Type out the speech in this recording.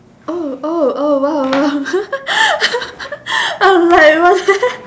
oh oh oh !wow! !wow! I was like what's that